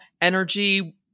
energy